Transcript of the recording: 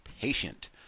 patient